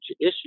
issue